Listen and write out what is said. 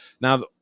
Now